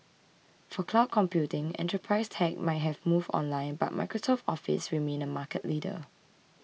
for cloud computing enterprise tech might have moved online but Microsoft's Office remains a market leader